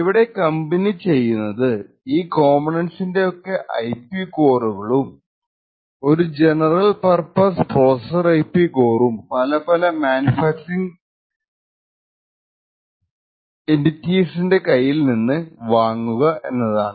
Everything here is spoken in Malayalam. ഇവിടെ കമ്പനി ചെയ്യുന്നത് ഈ കംപോണേന്റ്സിന്റെ ഒക്കെ ഐപി കോറുകളും ഒരു ജനറൽ പര്പസ് പ്രോസസ്സർ ഐപി കോറും പല പല മാനുഫാക്ചറിങ് എന്റിറ്റിസ്ന്റെ കയ്യിൽ നിന്ന് വാങ്ങുക എന്നതാണ്